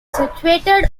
situated